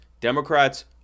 democrats